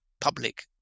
public